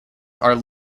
are